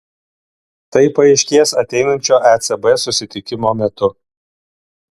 tai paaiškės ateinančio ecb susitikimo metu